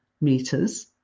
meters